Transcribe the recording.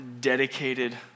dedicated